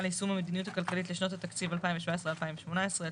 ליישום המדיניות הכלכלית לשנות התקציב 2017 ו-2018),